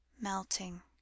melting